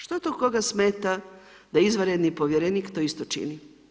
Što to koga smeta da izvanredni povjerenik to isto čini?